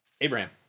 Abraham